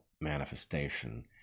manifestation